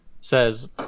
says